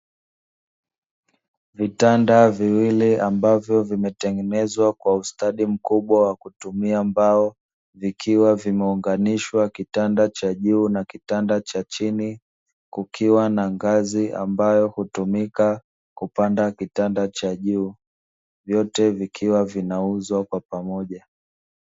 Vitanda viwili ambavyo vimetengenezwa kwa ustadi mkubwa kwa kutumia mbao, vikiwa vimeunganishwa kitanda cha juu na kitanda cha chini, kukiwa na ngazi ambayo hutumika kupanda kitanda cha juu, vyote vikiwa vinauzwa kwa pamoja.